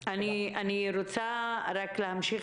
אני רוצה לחזור